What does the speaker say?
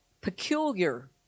peculiar